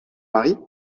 mari